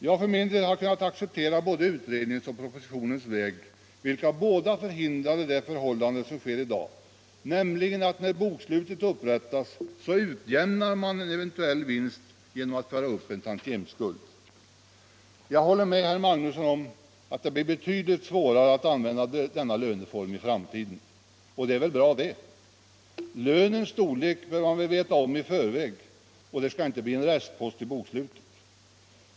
Jag för min del har kunnat acceptera både utredningens och propositionens vägar, vilka båda hindrar det förhållande som råder i dag, nämligen att när bokslutet upprättas utjämnar man en eventuell vinst genom att föra upp en tantiemskuld. Jag håller med herr Magnusson i Borås om att det blir betydligt svårare att använda denna löneform i framtiden, och det är väl bra det. Lönens storlek bör man veta om i förväg, och det skall inte bli en restpost i bokslutet.